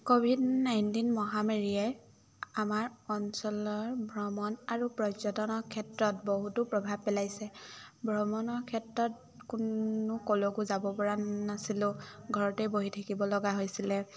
Covid nineteen মহামেৰিয়ে আমাৰ অঞ্চলৰ ভ্ৰমণ আৰু পৰ্যটনৰ ক্ষেত্ৰত বহুতো প্ৰভাৱ পেলাইছে ভ্ৰমণৰ ক্ষেত্ৰত কোনো ক'লৈকো যাব পৰা নাছিলো ঘৰতে বহি থাকিব লগা হৈছিলে